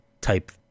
type